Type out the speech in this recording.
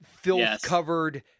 filth-covered